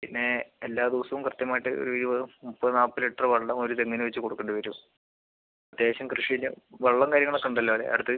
പിന്നെ എല്ലാ ദിവസവും കൃത്യമായിട്ട് ഇരുപത് മുപ്പത് നാൽപ്പത് ലിറ്റർ വെള്ളം ഒരു തെങ്ങിന് വെച്ച് കൊടുക്കേണ്ടി വരും അത്യാവശ്യം കൃഷിയിൽ വെള്ളം കാര്യങ്ങളൊക്കെ ഉണ്ടല്ലോ അല്ലേ അടുത്ത്